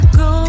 go